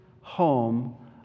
home